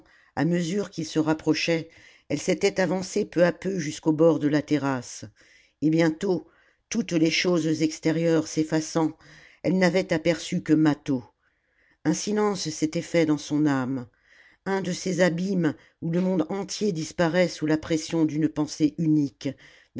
à mesure qu'il se rapprochait elle s'était avancée peu à peu jusqu'au bord de la terrasse et bientôt toutes les choses extérieures s'effaçant elle n'avait aperçu que mâtho un silence s'était fait dans son âme un de ces abîmes où le monde entier disparaît sous la pression d'une pensée unique